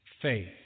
faith